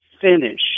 finish